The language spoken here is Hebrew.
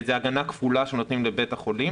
זו הגנה כפולה שנותנים לבית-החולים.